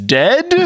dead